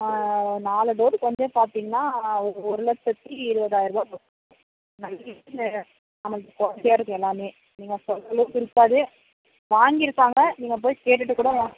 நாலு டோருக்கு வந்து பார்த்தீங்கனா ஒரு ஒரு லட்சத்து இருவதாயிரம் ருபா வரும் குவாலிட்டியாக இருக்கும் எல்லாமே நீங்கள் சொல்கிற அளவுக்கு இருக்காது வாங்கியிருப்பாங்க நீங்கள் போய் கேட்டுவிட்டுக்கூட வாங்க